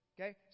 Okay